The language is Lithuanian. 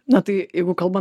na tai jeigu kalban